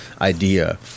idea